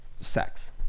sex